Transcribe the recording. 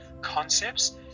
concepts